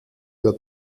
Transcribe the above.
der